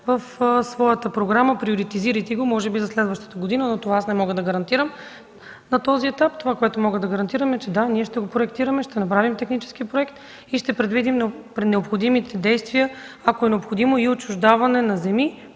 в своята програма, приоритизирайки го може би за следващата година. Това не мога да гарантирам на този етап. Това, което мога да гарантирам, е, че ние ще го проектираме, ще направим техническия проект и ще предвидим необходимите действия, а ако е необходимо – и отчуждаване на земи,